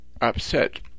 upset